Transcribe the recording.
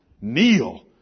Kneel